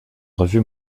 revue